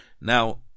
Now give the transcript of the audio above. now